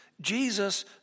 Jesus